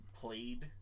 played